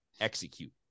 execute